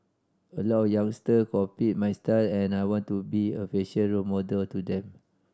a lot youngster copy my style and I want to be a fashion role model to them